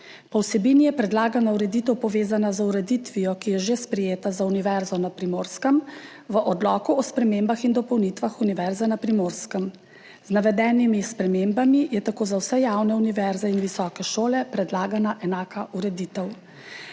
Po vsebini je predlagana ureditev povezana z ureditvijo, ki je že sprejeta za Univerzo na Primorskem v Odloku o spremembah in dopolnitvah Odloka o ustanovitvi Univerze na Primorskem. Z navedenimi spremembami je tako za vse javne univerze in visoke šole predlagana enaka ureditev.